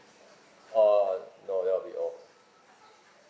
err no that will be all